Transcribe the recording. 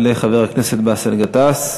יעלה חבר הכנסת באסל גטאס,